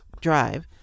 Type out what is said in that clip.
drive